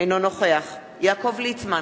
אינו נוכח יעקב ליצמן,